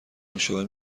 نوشابه